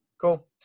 Cool